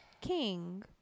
King